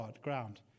ground